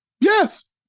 Yes